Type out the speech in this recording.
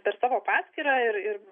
per savo paskyrą ir ir